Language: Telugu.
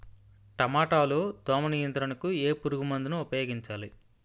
టమాటా లో దోమ నియంత్రణకు ఏ పురుగుమందును ఉపయోగించాలి?